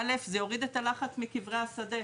א' זה יוריד את הלחץ מקברי השדה.